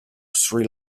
sri